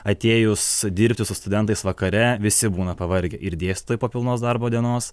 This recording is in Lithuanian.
atėjus dirbti su studentais vakare visi būna pavargę ir dėstytojai po pilnos darbo dienos